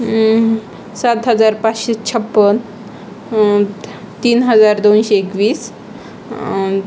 सात हजार पाचशे छपन्न तीन हजार दोनशे एकवीस